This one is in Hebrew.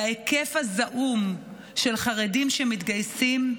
ההיקף הזעום של חרדים שמתגייסים,